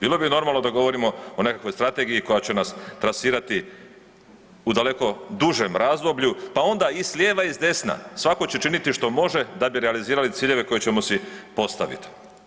Bilo bi normalno da govorimo o nekakvoj strategiji koja će nas trasirati u daleko dužem razdoblju, pa onda i s lijeva i s desna svatko će činiti što može da bi realizirali ciljeve koje ćemo si postaviti.